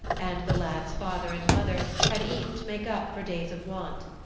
and the lad's father and mother had eaten to make up for days of want.